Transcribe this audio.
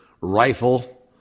rifle